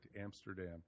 Amsterdam